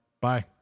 Bye